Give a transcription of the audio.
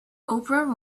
oprah